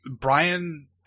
Brian